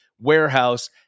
warehouse